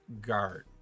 guard